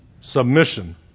Submission